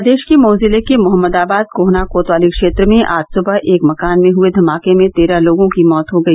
प्रदेश के मऊ जिले के मोहम्मदाबाद गोहना कोतवाली क्षेत्र में आज सुबह एक मकान में हुए धमाके भें तेरह लोगों की मौत हो गई